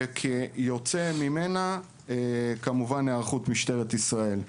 וכיוצא ממנה גם היערכות של משטרת ישראל.